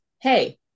hey